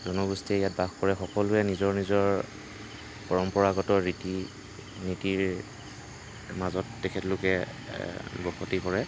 জনগোষ্ঠীয়ে ইয়াত বাস কৰে সকলোৰে নিজৰ নিজৰ পৰম্পৰাগত ৰীতি নীতিৰ মাজত তেখেতলোকে বসতি কৰে